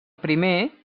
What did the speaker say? primer